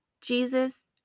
Jesus